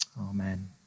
Amen